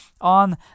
on